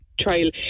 trial